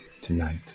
tonight